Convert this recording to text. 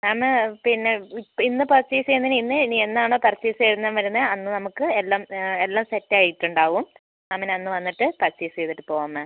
ma'am പിന്നെ ഇന്ന് purchase ചെയ്യുന്നേന് ഇന്ന് ഇനി എന്നാണോ പർച്ചേസ് ചെയ്യാൻ വരുന്നത് അന്ന് നമുക്ക് എല്ലാം എല്ലാം സെറ്റ് ആയിട്ട് ഉണ്ടാവും മാമിന് അന്ന് വന്നിട്ട് പർച്ചേസ് ചെയ്തിട്ട് പോകാം മാം